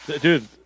Dude